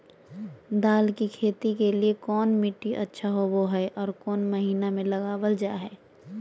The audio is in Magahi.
दाल की खेती के लिए कौन मिट्टी अच्छा होबो हाय और कौन महीना में लगाबल जा हाय?